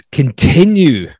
continue